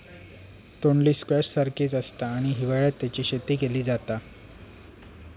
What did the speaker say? तोंडली स्क्वैश सारखीच आसता आणि हिवाळ्यात तेची शेती केली जाता